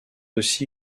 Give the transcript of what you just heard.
aussi